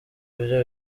ibyo